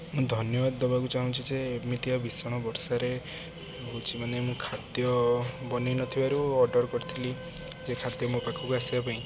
ମୁଁ ଧନ୍ୟବାଦ ଦେବାକୁ ଚାହୁଁଛି ଯେ ଏମିତିଆ ଭୀଷଣ ବର୍ଷାରେ ହେଉଛି ମାନେ ମୁଁ ଖାଦ୍ୟ ବନାଇନଥିବାରୁ ଅର୍ଡ଼ର୍ କରିଥିଲି ଯେ ଖାଦ୍ୟ ମୋ ପାଖକୁ ଆସିବା ପାଇଁ